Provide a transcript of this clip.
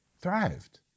Thrived